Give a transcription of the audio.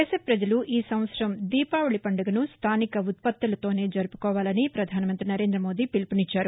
దేశ పజలు ఈ సంవత్సరం దీపావళి పండుగను స్థానిక ఉత్పత్తులతోనే జరుపుకోవాలని ప్రధానమంత్రి నరేంద్రమోదీ పిలుపునిచ్చారు